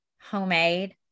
homemade